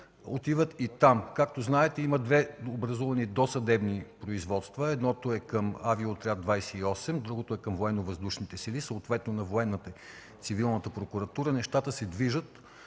отиват и там. Както знаете, има образувани две досъдебни производства – едното е към Авиоотряд 28, другото е към Военновъздушните сили, съответно към военната и цивилната прокуратура. Нещата се движат.